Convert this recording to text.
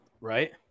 Right